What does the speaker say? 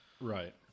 Right